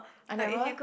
I never